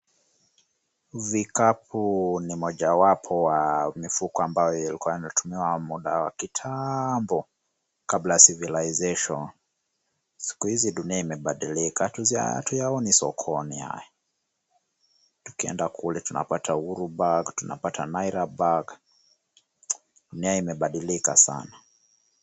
Vikapu ni mojawapo ya mifuko ambayo yalikuwa yanatumiwa muda wa kitambo kabla civilization . Siku hizi dunia imebadilika hatuyaoni sokoni haya. Tukienda kule tunapata uhuru bag , tunapata naira bag . Dunia imebadilika sana.